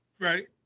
Right